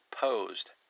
posed